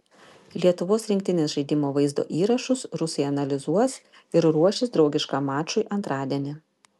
lietuvos rinktinės žaidimo vaizdo įrašus rusai analizuos ir ruošis draugiškam mačui antradienį